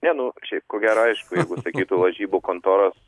ne nu šiaip ko gero aišku sakytų lažybų kontoros